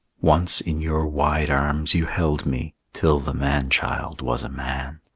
once in your wide arms you held me, till the man-child was a man,